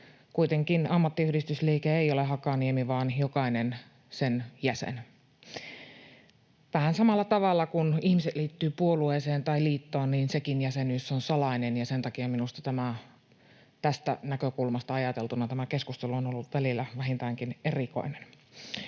kuitenkaan ammattiyhdistysliike ei ole Hakaniemi vaan jokainen sen jäsen. Vähän samalla tavalla kuin ihmiset liittyvät puolueeseen tai liittoon, niin sekin jäsenyys on salainen, ja sen takia minusta tästä näkökulmasta ajateltuna tämä keskustelu on ollut välillä vähintäänkin erikoinen.